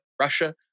Russia